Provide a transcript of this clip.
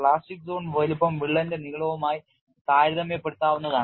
plastic zone വലുപ്പം വിള്ളലിന്റെ നീളവുമായി താരതമ്യപ്പെടുത്താവുന്നതാണ്